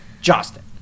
Justin